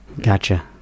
Gotcha